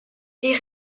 die